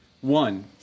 One